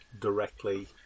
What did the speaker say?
directly